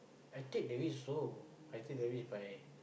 I take the risk so I take the risk by